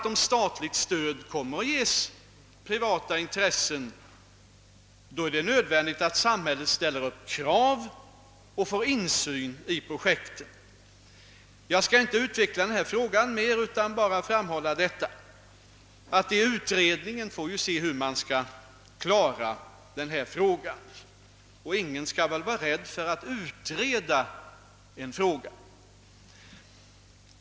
Då statligt.stöd kommer att ges privata intressén, är det nödvändigt att samhället ställer upp krav och får insyn i projekten.= ::' Jag skall inte utveckla dennå' fråga inera utan bara framhålla att 'dét är fråga om en utredning. Ingen' behöver väl vara rädd för att en fråga utredes.